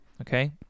okay